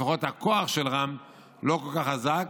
לפחות הכוח של רע"מ לא כל כך חזק.